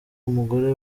umugore